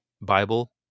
Bible